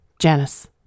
Janice